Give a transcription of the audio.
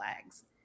flags